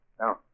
Now